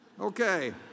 Okay